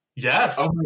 Yes